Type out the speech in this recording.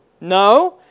No